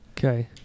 Okay